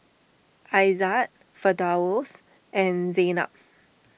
Aizat Firdaus and Zaynab